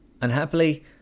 Unhappily